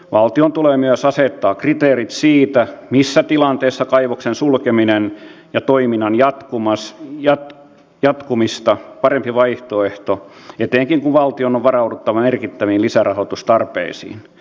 valtion tulee myös asettaa kriteerit siitä missä tilanteessa kaivoksen sulkeminen on toiminnan jatkamista parempi vaihtoehto etenkin kun valtion on varauduttava merkittäviin lisärahoitustarpeisiin